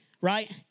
right